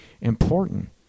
important